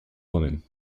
woman